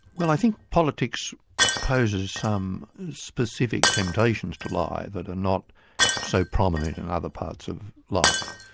well i think politics poses some specific temptations to lie that are not so prominent in other parts of life,